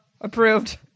Approved